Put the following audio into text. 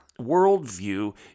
worldview